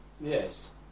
Yes